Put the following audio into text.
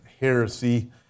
Heresy